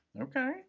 Okay